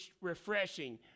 refreshing